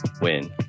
win